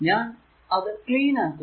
ഞാൻ അത് ക്ലീൻ ആക്കുന്നു